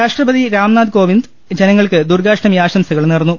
രാഷ്ട്രപതി രാംനാഥ് കോവിന്ദ് ജനങ്ങൾക്ക് ദുർഗ്ഗാഷ്ടമി ആശംസകൾ നേർന്നു